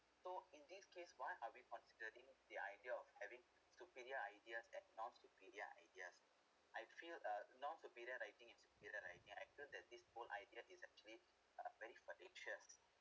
so in this case why are we considering the idea of having to superior ideas and non superior ideas I feel uh non superior writing and superior writing I feel that this whole idea is actually are very for